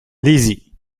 lizzie